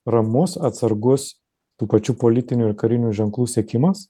ramus atsargus tų pačių politinių ir karinių ženklų sekimas